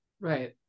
right